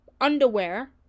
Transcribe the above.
underwear